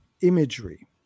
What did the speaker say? imagery